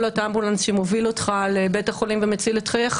להיות אמבולנס שמוביל אותך לבית החולים ומציל את חייך